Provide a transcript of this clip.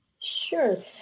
sure